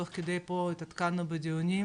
תוך כדי פה אנחנו התעדכנו בדיונים,